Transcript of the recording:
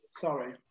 sorry